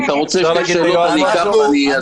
אם אתה רוצה שתי שאלות, בבקשה.